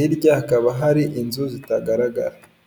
hirya hakaba hari inzu zitagaragara.